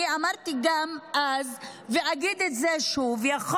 אני אמרתי גם אז ואגיד את זה שוב: יכול